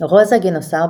רוזה גינוסר,